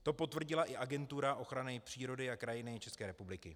To potvrdila i Agentura ochrany přírody a krajiny České republiky.